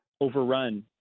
overrun